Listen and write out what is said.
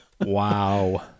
wow